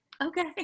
Okay